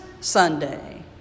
Sunday